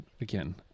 again